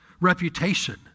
reputation